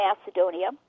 Macedonia